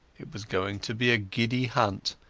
it was going to be a giddy hunt,